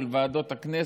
של ועדות הכנסת.